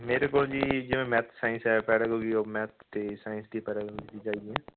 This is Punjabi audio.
ਮੇਰੇ ਕੋਲ ਜੀ ਜਿਵੇਂ ਮੈਥ ਸਾਇੰਸ ਹੈ ਪੈਰਾਲੋਜਿਓ ਆਫ ਮੈਥ ਅਤੇ ਸਾਇੰਸ ਦੀ ਚਾਹੀਦੀ ਹੈ